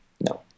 no